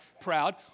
proud